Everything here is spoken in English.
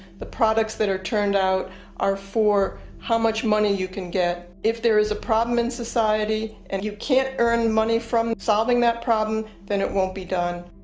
products that are turned out are for how much money you can get. if there is a problem in society and you can't earn money from solving that problem, then it won't be done.